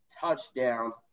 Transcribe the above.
touchdowns